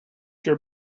your